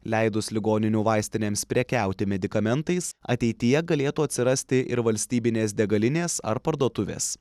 leidus ligoninių vaistinėms prekiauti medikamentais ateityje galėtų atsirasti ir valstybinės degalinės ar parduotuvės